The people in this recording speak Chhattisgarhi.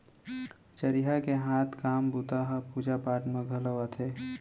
चरिहा के हाथ काम बूता ह पूजा पाठ म घलौ आथे